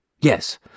Yes